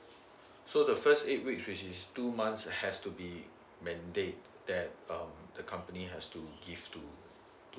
so the first eight weeks which is two months it has to be mandate that um the company has to give to to